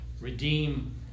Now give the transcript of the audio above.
Redeem